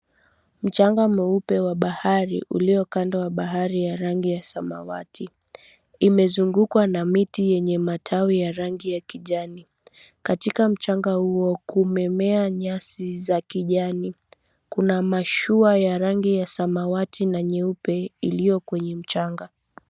Mchanga mweupe wa bahari ulio kando ya bahari ya rangi ya samawati. Imezungukwa na miti yenye matawi ya rangi ya kijani. Katika mchanga huo kumemea nyasi za kijani. Kuna mashua ya rangi ya samawati na nyeupe iliyo kwenye mchanga.